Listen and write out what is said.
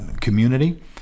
community